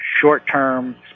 short-term